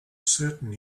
certain